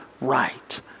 right